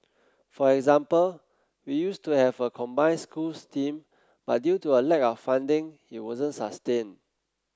for example we used to have a combined schools team but due to a lack of funding it wasn't sustained